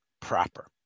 proper